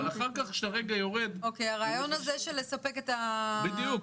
-- אבל כשאתה יורד --- הרעיון של לספק --- בדיוק.